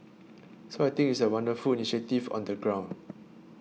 so I think it's a wonderful initiative on the ground